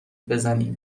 بزنی